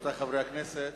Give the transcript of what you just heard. רבותי חברי הכנסת,